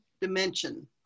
dimension